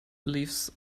leaves